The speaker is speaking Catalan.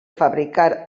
fabricar